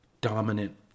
dominant